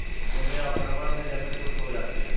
भूमि अवक्रमण मे जमीन शुष्क हो जाती है